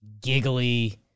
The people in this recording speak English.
giggly